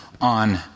on